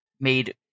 made